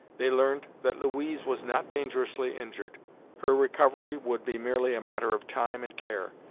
they learned that louise was not dangerously injured her recovery would be merely a matter of time and care.